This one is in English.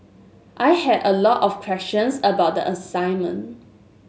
I had a lot of questions about the assignment